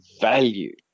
value